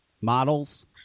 Models